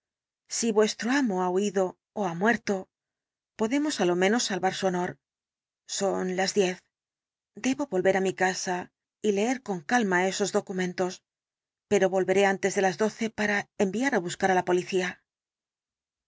si vuestro amo ha huido ó ha muerto podemos á lo menos salvar su honor son las diez debo volver á mi casa y leer con calma esos documentos pero volveré antes de las doce para enviar á buscar á la policía